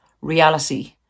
reality